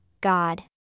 God